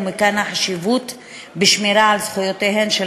ומכאן החשיבות בשמירה על זכויותיהן של